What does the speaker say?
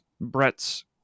Brett's